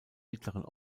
mittleren